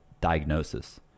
diagnosis